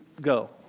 go